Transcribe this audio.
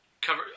cover